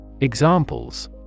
Examples